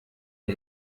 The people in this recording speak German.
der